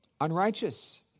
unrighteous